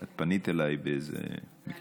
כן, את פנית אליי באיזה מקרה.